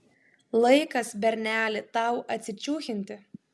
laikas berneli tau atsičiūchinti